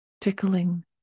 tickling